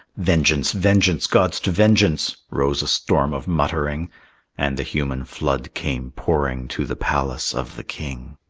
vengeance, vengeance, gods to vengeance! rose a storm of muttering and the human flood came pouring to the palace of the king.